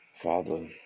Father